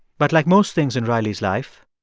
but like most things in riley's life.